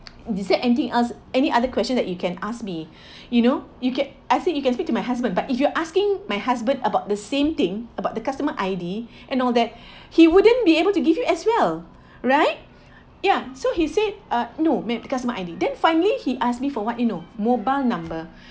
is there anything else any other question that you can ask me you know you can I think you can speak to my husband but if you are asking my husband about the same thing about the customer I_D and all that he wouldn't be able to give you as well right ya so he said uh no ma'am customer I_D then finally he asked me for what you know mobile number